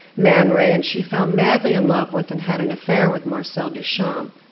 man ray, and she fell madly in love with and had an affair with marcel duchamp.